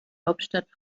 hauptstadt